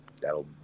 that'll